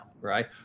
right